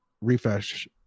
refresh